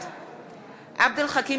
בעד עבד אל חכים